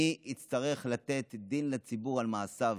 מי יצטרך לתת דין לציבור על מעשיו?